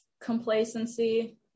complacency